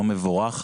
יום מבורך.